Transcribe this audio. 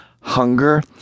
hunger